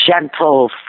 gentle